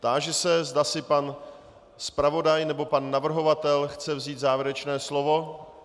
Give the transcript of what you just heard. Táži se, zda si pan zpravodaj nebo pan navrhovatel chce vzít závěrečné slovo.